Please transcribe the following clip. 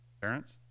Parents